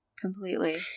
completely